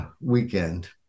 weekend